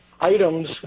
items